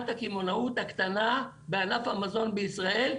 הקמעונאות הקטנה בענף המזון בישראל.